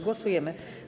Głosujemy.